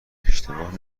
اشتباه